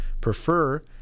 prefer